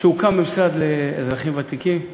כשהוקם המשרד לאזרחים ותיקים,